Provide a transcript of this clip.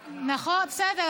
זה מה שביקשנו, בסדר.